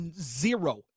zero